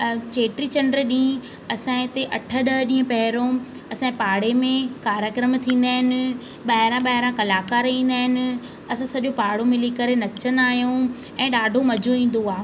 ऐं चेटी चंडु ॾींहुं असांजे इते अठ ॾह ॾींहं पहिरों असांजे पाड़े में कार्यक्रम थींदा आहिनि ॿाहिरां ॿाहिरां कलाकार ईंदा आहिनि असां सॼो पाड़ो मिली करे नचंदा आहियूं ऐं ॾाढो मज़ो ईंदो आहे